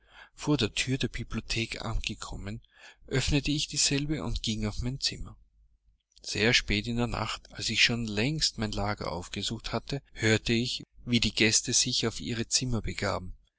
vor der thür der bibliothek angekommen öffnete ich dieselbe und ging auf mein zimmer sehr spät in der nacht als ich schon längst mein lager aufgesucht hatte hörte ich wie die gäste sich auf ihre zimmer begaben